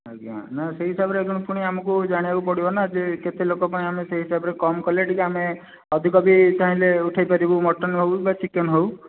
ଆଜ୍ଞା ନା ସେହି ହିସାବରେ ଫୁଣି ଆମକୁ ଜାଣିବାକୁ ପଡ଼ିବନା ଯେ କେତେଲୋକ ପାଇଁ ସେ ହିସାବରେ କମ୍ କଲେ ଟିକେ ଆମେ ଅଧିକ ଭି ଚାହିଁଲେ ଉଠାଇ ପାରିବୁ ମଟନ ହେଉ ବା ଚିକେନ ହେଉ